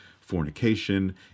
Fornication